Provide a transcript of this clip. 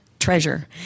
treasure